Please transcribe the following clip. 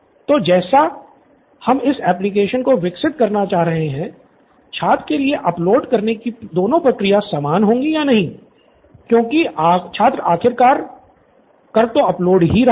तो जैसे हम इस एप्लिकेशन को विकसित करना चाह रहे है छात्र के लिए अपलोड करने की दोनों प्रक्रिया समान होंगी या नहीं क्योंकि छात्र आखिरकार कर तो अपलोड ही रहा है